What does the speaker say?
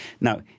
Now